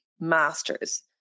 masters